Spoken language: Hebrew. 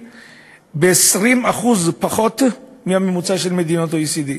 ב-20% פחות מהממוצע של מדינות ה-OECD.